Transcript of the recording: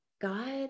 God